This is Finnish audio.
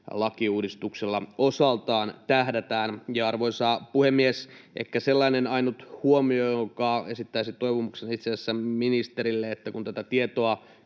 lakiuudistuksella osaltaan tähdätään. Arvoisa puhemies! Ehkä ainut sellainen huomio, jonka esittäisin toivomuksena itse asiassa ministerille: kun tätä tietoa